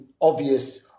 obvious